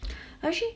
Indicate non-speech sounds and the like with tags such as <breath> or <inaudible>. <breath> actually